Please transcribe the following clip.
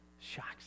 shocks